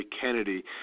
Kennedy